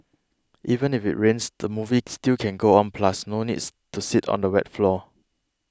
even if it rains the movie still can go on plus no needs to sit on the wet floor